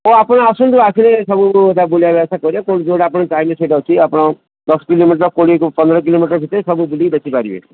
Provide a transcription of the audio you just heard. ହଉ ଆପଣ ଆସନ୍ତୁ ଆସିଲେ ସବୁ କଥା ବୁଲିବା ବ୍ୟବସ୍ଥା କରିବା ଯେଉଁଟା ଆପଣ ଚାହିଁବେ ସେଇଠି ଅଛି ଆପଣ ଦଶ କିଲୋମିଟର କୋଡ଼ିଏ ପନ୍ଦର କିଲୋମିଟର ଭିତରେ ସବୁ ବୁଲିକି ଦେଖି ପାରିବେ